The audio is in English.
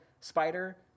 spider